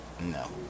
No